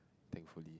thankfully